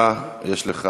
בבקשה, יש לך